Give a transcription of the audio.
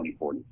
2040